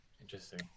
interesting